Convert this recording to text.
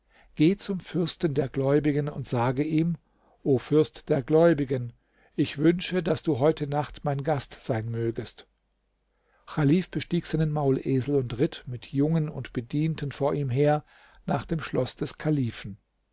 geh zum fürsten der gläubigen und sage ihm o fürst der gläubigen ich wünsche daß du heute nacht mein gast sein mögest chalif bestieg seinen maulesel und ritt mit jungen und bedienten vor ihm her nach dem schloß des kalifen